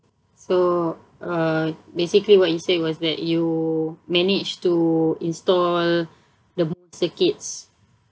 so uh basically what you said was that you managed to install the circuits